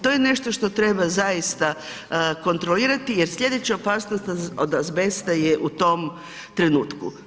To je nešto što treba zaista kontrolirati jer sljedeća opasnost od azbesta je u tom trenutku.